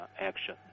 action